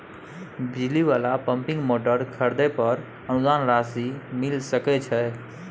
बिजली वाला pumping motor खरीदे पर अनुदान राशि मिल सके छैय?